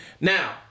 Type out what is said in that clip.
Now